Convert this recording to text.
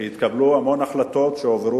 כי התקבלו הרבה החלטות שהועברו